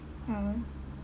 ah